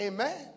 Amen